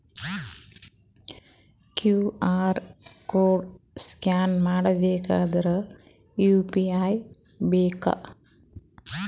QR code scan ಮಾಡಬೇಕಾದರೆ UPI ಬೇಕಾ?